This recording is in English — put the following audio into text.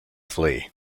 flee